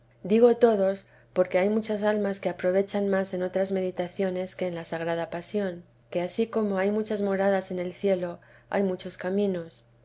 digo todos porque hay muchas almas que aprovechan más en otras meditaciones que en la sagrada pasión que ansí como hay muchas moradas en el cielo hay muchos caminos